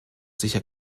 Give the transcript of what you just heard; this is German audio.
sicher